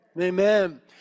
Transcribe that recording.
Amen